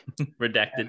Redacted